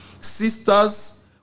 Sisters